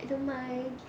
I don't mind